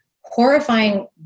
horrifying